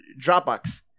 Dropbox